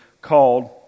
called